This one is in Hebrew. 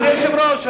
אדוני היושב-ראש,